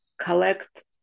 collect